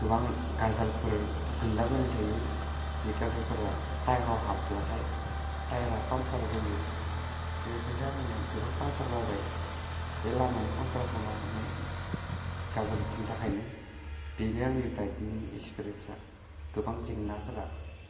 गोबां गाजोलफोर गोलैलाबायनाय थायो बे गाजोलफोरा टायाराव हाबब्लाथाय टायरा पामसार जायो बे बायदिनो आंनि गोबां पान्कसार जाबाय बे लामानि कनस्ट्राकसनाव थानाय गाजोलफोरनि थाखायनो बेनो आंनि बाइकनि एक्सपीरियेन्सआ गोबां जेंनाफोरा